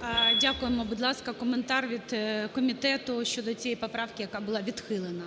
ГОЛОВУЮЧИЙ. Дякуємо. Будь ласка, коментар від комітету щодо цієї поправки, яка була відхилена.